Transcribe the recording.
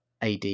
AD